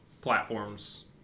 platforms